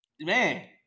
man